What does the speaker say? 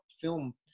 film